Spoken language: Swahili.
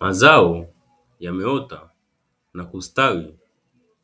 Mazao yameota na kustawi